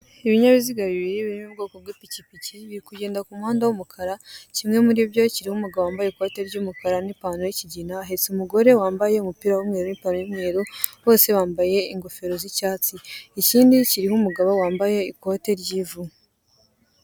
Ibinyabiziha bibiri biri mu bwoko bw'ipikipiki biri kugenda ku muhanda w'umukara kimwe muri byo kiriho umugabo wambaye ikote ry'umukata n'ipantari y'ikigina, ahetse umugore wambaye umupira w'umweru n'ipantaro y'umweru, bose bamabaye ingofero z'icyatsi, ikindi kiriho umugabo wambaye ikote ry'ivu.